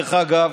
דרך אגב,